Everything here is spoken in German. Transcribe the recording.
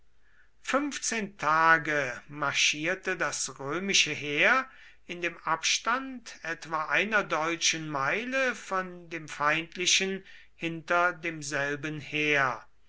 fünfzehn tage marschierte das römische heer in dem abstand etwa einer deutschen meile von dem feindlichen hinter demselben her